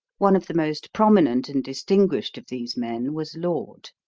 one of the most prominent and distinguished of these men was laud.